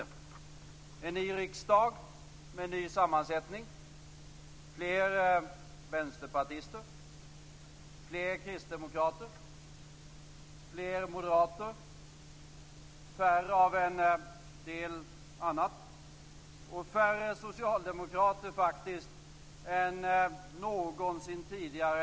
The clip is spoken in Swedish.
Vi har en ny riksdag med en ny sammansättning, fler vänsterpartister, fler kristdemokrater, fler moderater, färre av en del annat och färre socialdemokrater än någonsin tidigare.